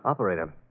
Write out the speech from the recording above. Operator